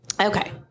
Okay